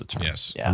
Yes